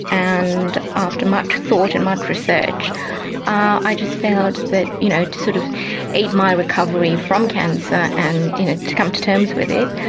and after much thought and much research i just felt that you know to sort of aid my recovery from cancer and you know to come to terms with it,